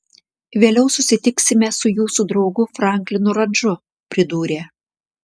vėliau susitiksime su jūsų draugu franklinu radžu pridūrė